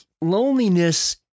loneliness